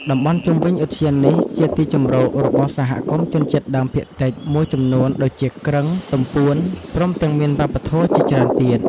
តំបន់ជុំវិញឧទ្យាននេះជាទីជម្រករបស់សហគមន៍ជនជាតិដើមភាគតិចមួយចំនួនដូចជាគ្រឹង ទំពួន ព្រមទាំងមានវប្បធម៌ជាច្រើនទៀត។